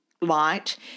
light